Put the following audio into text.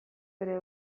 ere